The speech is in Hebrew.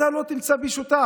אתה לא תמצא בי שותף.